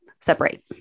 Separate